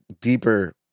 deeper